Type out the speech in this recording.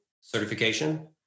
certification